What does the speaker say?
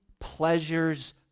pleasures